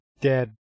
dead